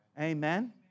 Amen